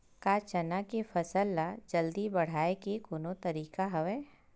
का चना के फसल ल जल्दी बढ़ाये के कोनो तरीका हवय?